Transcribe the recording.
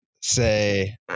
say